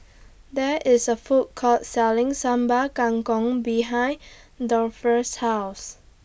There IS A Food Court Selling Sambal Kangkong behind Dolphus' House